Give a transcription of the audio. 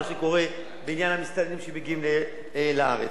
מה שקורה בעניין המסתננים שמגיעים לארץ.